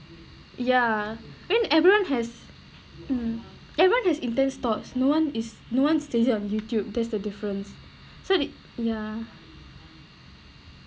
ya I mean everyone has mm everyone has intense thoughts no one is no one states it on YouTube that's the difference so they ya